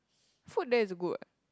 food there is good what